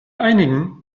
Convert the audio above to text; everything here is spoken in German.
einigen